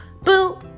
Boo